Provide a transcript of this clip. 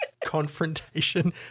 confrontation